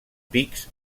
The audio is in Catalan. pics